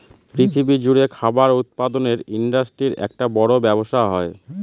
পৃথিবী জুড়ে খাবার উৎপাদনের ইন্ডাস্ট্রির এক বড় ব্যবসা হয়